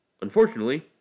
Unfortunately